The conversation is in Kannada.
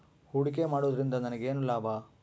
ಹೂಡಿಕೆ ಮಾಡುವುದರಿಂದ ನನಗೇನು ಲಾಭ?